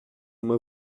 moi